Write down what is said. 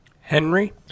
Henry